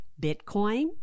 Bitcoin